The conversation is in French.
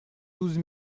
douze